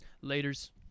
Later's